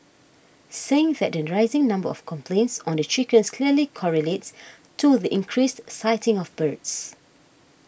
saying that the rising number of complaints on the chickens clearly correlates to the increased sighting of birds